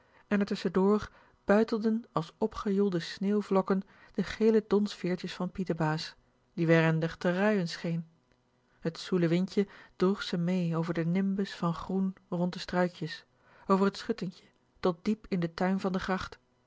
en r rus vanleswt schen door buitelden als opgejoelde sneeuwvlokken de gele donsveertjes van pietebaas die werendig te ruien scheen t zoele windje droeg ze mee over den nimbus van groen rond de struikjes over t schut diep in den tuin van de gracht